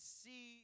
see